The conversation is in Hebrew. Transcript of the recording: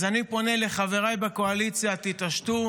המצב הביטחוני, אל תשכח,